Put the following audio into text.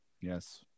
Yes